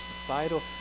societal